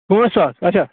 پانٛژھ ساس اچھا